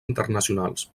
internacionals